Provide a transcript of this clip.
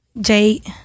Jade